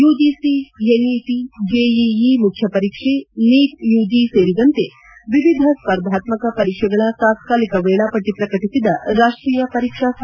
UGC NET JEE ಮುಖ್ಯ ಪರೀಕ್ಷೆ NEET UG ಸೇರಿದಂತೆ ವಿವಿಧ ಸ್ಪರ್ಧಾತ್ಪಕ ಪರೀಕ್ಷೆಗಳ ತಾತಾಲಿಕ ವೇಳಾಪಟ್ಟ ಪ್ರಕಟಿಸಿದ ರಾಷ್ಷೀಯ ಪರೀಕ್ಷಾ ಸಂಸ್ಥೆ